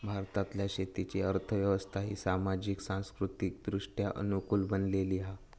भारतातल्या शेतीची अर्थ व्यवस्था ही सामाजिक, सांस्कृतिकदृष्ट्या अनुकूल बनलेली हा